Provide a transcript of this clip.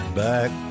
back